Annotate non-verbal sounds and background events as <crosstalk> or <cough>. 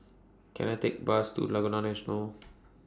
Can I Take Bus to Laguna National <noise>